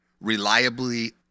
reliably